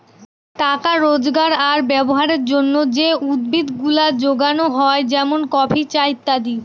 টাকা রোজগার আর ব্যবহারের জন্যে যে উদ্ভিদ গুলা যোগানো হয় যেমন কফি, চা ইত্যাদি